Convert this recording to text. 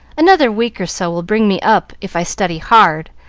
another week or so will bring me up if i study hard,